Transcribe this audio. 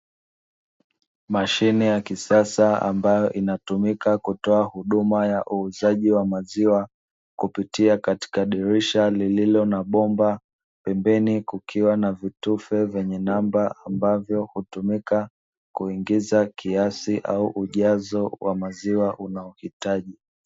Mashine ya kisasa ambayo inatumika kutoa huduma ya uuzaji wa maziwa, kupitia katika dirisha lililo na bomba pembeni kukiwa na vitufe vyenye namba. Ambavyo hutumika kuingiza kiasi au ujazo wa maziwa unaohitaji.